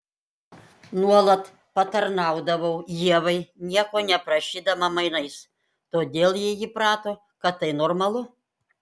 nuolat patarnaudavau ievai nieko neprašydama mainais todėl ji įprato kad tai normalu